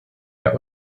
der